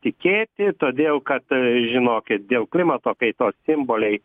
tikėti todėl kad žinokit dėl klimato kaitos simboliai